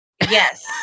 Yes